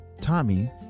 Tommy